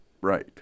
right